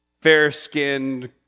fair-skinned